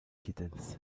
kittens